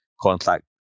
contact